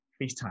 FaceTime